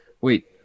wait